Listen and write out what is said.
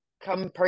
Come